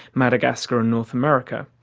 madagascar and north america.